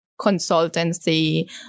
consultancy